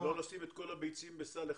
כדי לא לשים את כל הביצים בסל אחד.